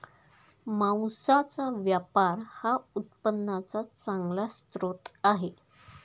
मांसाचा व्यापार हा उत्पन्नाचा चांगला स्रोत आहे